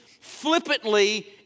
flippantly